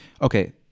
Okay